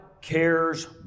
cares